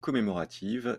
commémorative